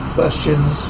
questions